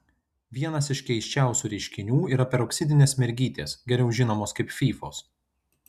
vienas iš keisčiausių reiškinių yra peroksidinės mergytės geriau žinomos kaip fyfos